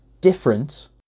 different